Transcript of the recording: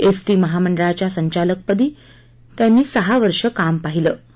ST महामंडळाच्या संचालकपदी त्यानं सहा वर्ष काम पाहिलं होतं